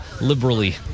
liberally